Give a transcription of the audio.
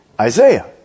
Isaiah